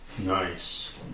Nice